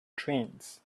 trains